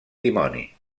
dimoni